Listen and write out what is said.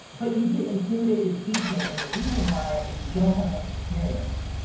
but you get intimidated teaching and the reason why, is you don't have enough experience.